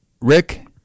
Rick